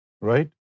right